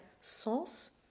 sens